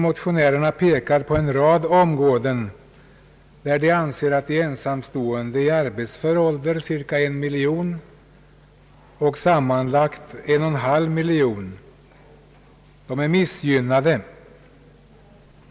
Motionärerna pekar på en rad områden, där de anser att de ensamstående — sammanlagt 1,5 miljon, därav i arbetsför ålder cirka 1 miljon — är missgynnade.